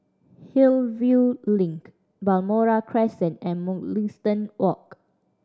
Hillview Link Balmoral Crescent and Mugliston Walk